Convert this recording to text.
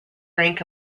rank